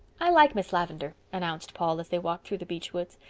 i like miss lavendar, announced paul, as they walked through the beech woods.